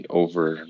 over